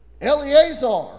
Eleazar